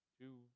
two